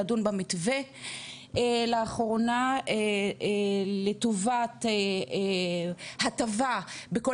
לדון במתווה לאחרונה לטובת הטבה בכל